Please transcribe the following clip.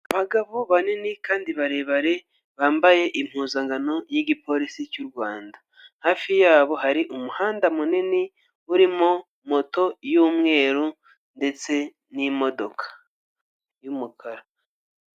Abagabo banini kandi barebare bambaye impuzankano y'igipolisi cy'u Rwanda hafi yabo hari umuhanda munini urimo moto y'umweru ndetse n'imodoka y'umukara.